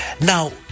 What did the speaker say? Now